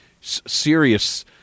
serious